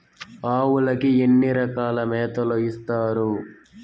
ఆవులకి ఎన్ని రకాల మేతలు ఇస్తారు?